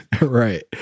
right